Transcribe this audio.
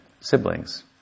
siblings